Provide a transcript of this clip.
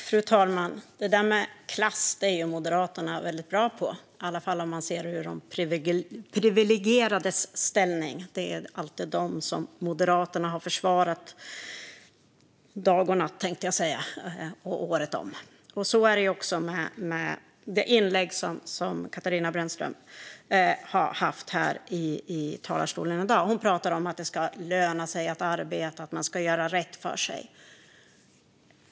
Fru talman! Det där med klass är Moderaterna väldigt bra på. I alla fall försvarar Moderaterna alltid de privilegierades ställning dag och natt året om. Det gör också Katarina Brännström här i talarstolen. Hon pratar om att det ska löna sig att arbeta och att man ska göra rätt för sig.